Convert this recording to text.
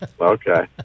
Okay